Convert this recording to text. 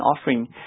offering